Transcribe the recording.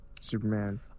Superman